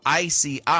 ICI